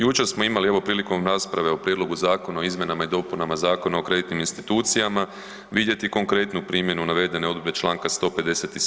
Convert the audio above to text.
Jučer smo imali evo prilikom rasprave o Prijedlogu zakona o izmjenama i dopunama Zakona o kreditnim institucijama vidjeti konkretnu primjenu navedene odredbe čl. 157.